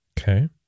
Okay